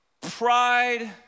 pride